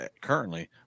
Currently